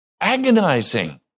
Agonizing